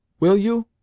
will you?